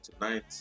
tonight